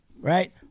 Right